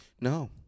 No